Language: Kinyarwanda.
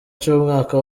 cy’umwaka